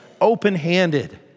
open-handed